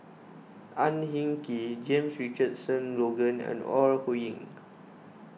Ang Hin Kee James Richardson Logan and Ore Huiying